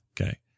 Okay